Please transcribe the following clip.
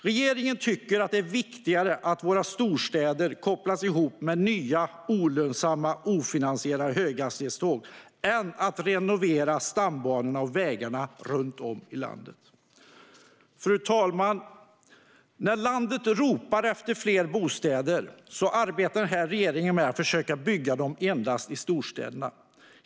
Regeringen tycker att det är viktigare att våra storstäder kopplas ihop med nya, olönsamma, ofinansierade höghastighetståg än att renovera stambanorna och vägarna runt om i landet. När landet ropar efter fler bostäder arbetar denna regering med att försöka bygga dem endast i storstäderna.